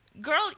girl